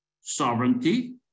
sovereignty